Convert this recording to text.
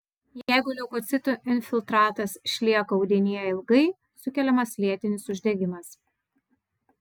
jeigu leukocitų infiltratas išlieka audinyje ilgai sukeliamas lėtinis uždegimas